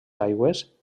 aigües